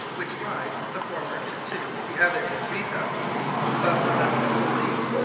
which rise, the former to two, the other to three thousand feet above the level of the sea,